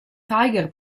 tiger